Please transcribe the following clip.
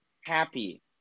happy